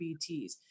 BTs